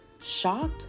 shocked